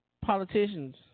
politicians